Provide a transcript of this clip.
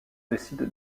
décide